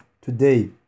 today